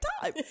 time